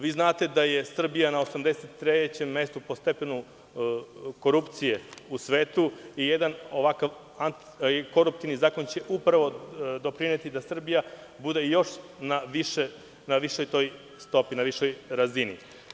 Vi znate da je Srbija na 83 mestu po stepenu korupcije u svetu i jedan ovakav koruptivni zakon će upravo doprineti da Srbija bude još na višoj stopi, na višoj razini.